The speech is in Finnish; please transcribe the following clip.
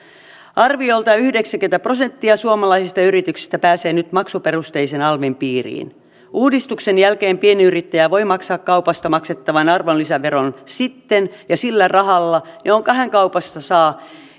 arviolta yhdeksänkymmentä prosenttia suomalaisista yrityksistä pääsee nyt maksuperusteisen alvin piiriin uudistuksen jälkeen pienyrittäjä voi maksaa kaupasta maksettavan arvonlisäveron sitten ja sillä rahalla jonka hän kaupasta saa